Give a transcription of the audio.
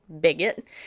bigot